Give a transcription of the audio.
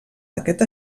d’aquest